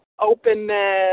openness